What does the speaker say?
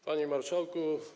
Panie Marszałku!